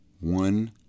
one